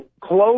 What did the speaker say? close